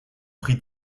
prit